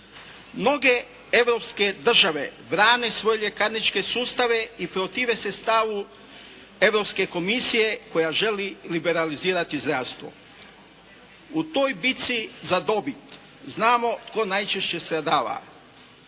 Mnoge europske države brane svoje ljekarničke sustave i protive se stavu Europske komisije koja želi liberalizirati zdravstvo. U toj bitci za dobit znamo tko najčešće stradava.